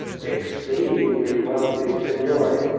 exceedingly wealthy, signore.